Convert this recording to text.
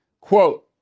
quote